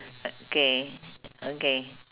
okay okay